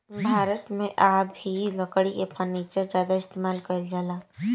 भारत मे आ भी लकड़ी के फर्नीचर ज्यादा इस्तेमाल कईल जाला